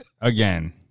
Again